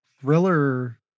thriller